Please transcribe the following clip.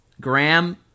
Graham